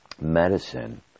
medicine